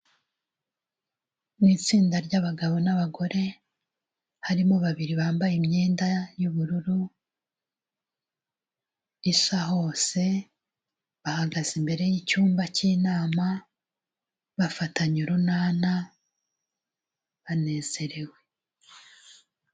Mu itsinda ry'abagabo n'abagore harimo babiri bambaye imyenda y'ubururu isa hose, bahagaze imbere y'icyumba k'inama bafatanye urunana banezerewe.